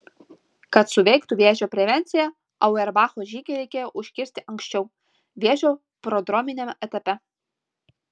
kad suveiktų vėžio prevencija auerbacho žygį reikėjo užkirsti anksčiau vėžio prodrominiame etape